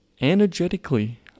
energetically